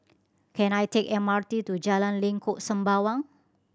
can I take M R T to Jalan Lengkok Sembawang